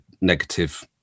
negative